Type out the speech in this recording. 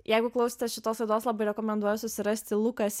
jeigu klausotės šitos laidos labai rekomenduoju susirasti lukas